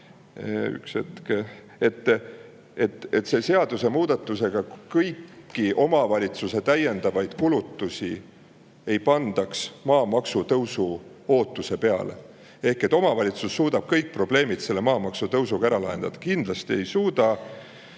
on see, et selle seadusemuudatusega kõiki omavalitsuse täiendavaid kulutusi ei seotaks maamaksu tõusu ootusega, lootusega, et omavalitsus suudab kõik probleemid maamaksu tõusuga ära lahendada. Kindlasti ei suuda.